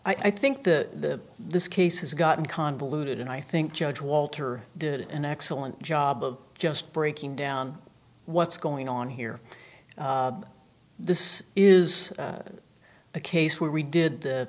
r i think the this case has gotten convoluted and i think judge walter did an excellent job of just breaking down what's going on here this is a case where we did the